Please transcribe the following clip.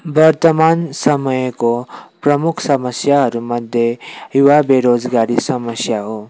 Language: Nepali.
वर्तमान समयको प्रमुख समस्याहरू मध्ये युवा बेरोजगारी समस्या हो